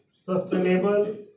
sustainable